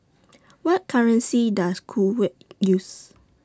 What currency Does Kuwait use